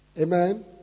Amen